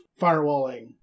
firewalling